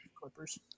Clippers